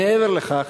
מעבר לכך,